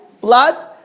blood